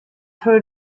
through